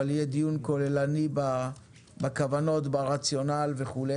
אבל יהיה דיון כוללני בכוונות, ברציונל וכו'.